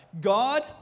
God